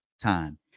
Time